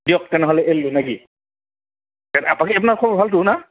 দিয়ক তেনেহ'লে এললো নাকি হ'লতো না